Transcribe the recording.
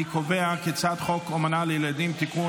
אני קובע כי הצעת חוק אומנה לילדים (תיקון,